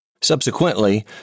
Subsequently